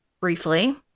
Briefly